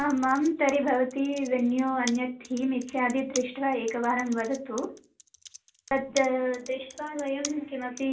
आमां तर्हि भवती वेन्यू अन्यत् थीं इत्यादि दृष्ट्वा एकवारं वदतु तद् दृष्ट्वा वयं किमपि